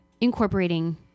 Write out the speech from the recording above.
incorporating